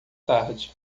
tarde